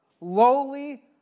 lowly